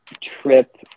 trip